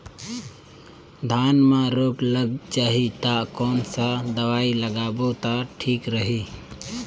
धान म रोग लग जाही ता कोन सा दवाई लगाबो ता ठीक रही?